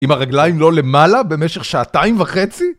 עם הרגליים לא למעלה במשך שעתיים וחצי?